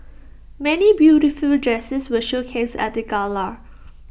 many beautiful dresses were showcased at the gala